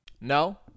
No